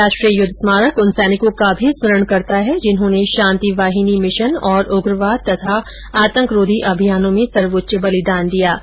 राष्ट्रीय युद्ध स्मारक उन सैनिकों का भी स्मरण करता है जिन्होंने शांतिवाहिनी मिशन और उग्रवाद तथा आंतकरोधी अभियानों में सर्वोच्च बलिदान दिया है